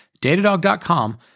datadog.com